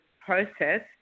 process